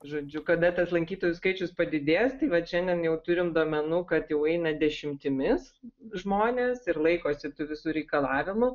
žodžiu kada tad lankytojų skaičius padidės tai vat šiandien jau turim duomenų kad jau eina dešimtimis žmonės ir laikosi tų visų reikalavimų